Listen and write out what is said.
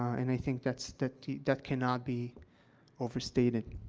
and i think that's that that cannot be overstated.